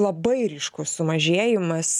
labai ryškus sumažėjimas